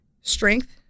strength